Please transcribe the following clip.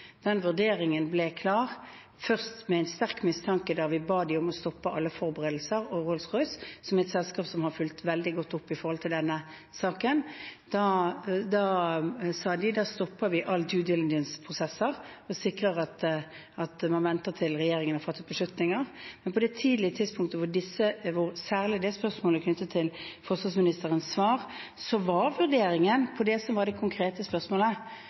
en sterk mistanke da vi ba dem om å stoppe alle forberedelser. Rolls-Royce, som er et selskap som har fulgt veldig godt opp i denne saken, sa da at da stopper de alle «due diligence»-prosesser og sikrer at man venter til regjeringen har fattet beslutninger. Men på det tidlige tidspunktet, særlig det spørsmålet knyttet til forsvarsministerens svar, var vurderingen av det som var det konkrete spørsmålet